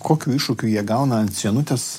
kokių iššūkių jie gauna ant sienutės